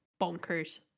bonkers